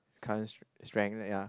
current strength ya